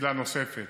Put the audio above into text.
מסילה נוספת